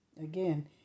Again